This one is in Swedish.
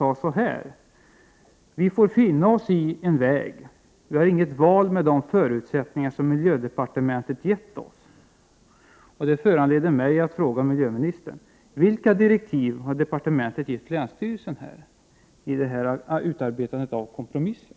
Han sade att vi får finna oss i en väg och att vi inte har något val med de förutsättningar som miljödepartementet har gett. Detta föranleder mig att fråga miljöministern om vilka direktiv departementet har gett länsstyrelsen vid utarbetandet av kompromissen.